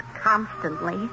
Constantly